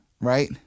right